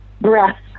breath